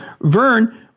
Vern